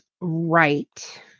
right